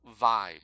vibe